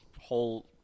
whole